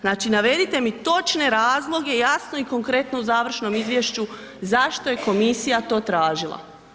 Znači navedite mi točne razloge jasno i konkretno u završnom izvješću zašto je komisija to tražila.